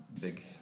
big